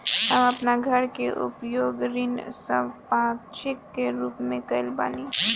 हम आपन घर के उपयोग ऋण संपार्श्विक के रूप में कइले बानी